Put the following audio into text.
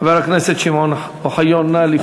חבר הכנסת שמעון אוחיון, בבקשה.